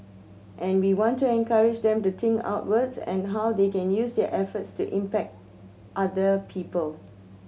and we want to encourage them to think outwards and how they can use their efforts to impact other people